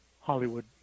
Hollywood